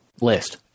list